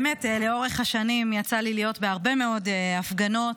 לאורך השנים יצא לי להיות בהרבה מאוד הפגנות,